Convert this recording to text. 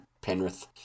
Penrith